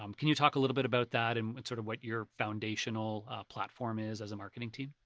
um can you talk a little bit about that and sort of what your foundational platform is as a marketing team?